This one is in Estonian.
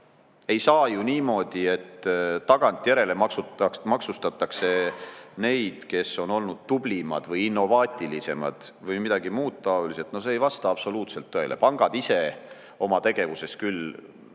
ei saa ju niimoodi, et tagantjärele maksustatakse neid, kes on olnud tublimad või innovaatilisemad või midagi muud taolist – see ei vasta absoluutselt tõele. Pangad ise oma tegevuses küll